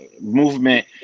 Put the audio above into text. movement